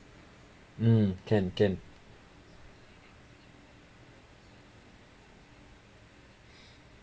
um can can